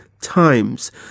times